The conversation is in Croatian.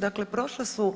Dakle, prošla su